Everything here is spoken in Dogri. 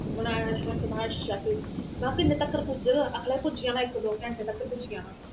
में किन्ने तकर पुज्जग आक्खन लगे इक दो घंटे तक पुज्जी जाना